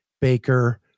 Baker